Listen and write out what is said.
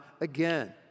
again